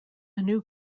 new